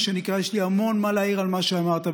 יש לי המון מה להעיר על מה שאמרת.